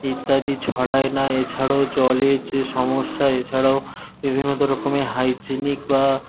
ইত্যাদি ছড়ায় না এছাড়াও জলের যে সমস্যা এছাড়াও বিভিন্ন রকমের হাইজিনিক বা